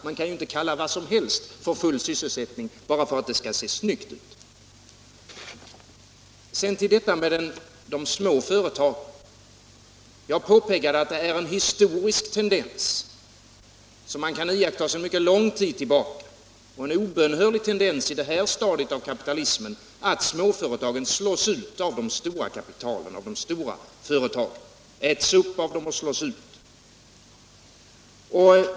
Vi kan ju inte kalla vad som helst för full sysselsättning bara för att det skall se snyggt ut. Sedan till småföretagen. Jag påpekade att det är en historisk tendens, som man kan iaktta sedan mycket lång tid tillbaka, och en obönhörlig tendens i det här stadiet av kapitalismen, att småföretagen äts upp och slås ut av de stora kapitalen och de stora företagen.